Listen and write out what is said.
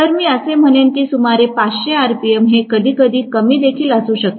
तर मी असे म्हणेन की सुमारे 500 rpm हे कधीकधी कमी देखील असू शकते